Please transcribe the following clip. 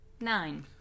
nine